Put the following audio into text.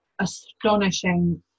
astonishing